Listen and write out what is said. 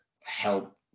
help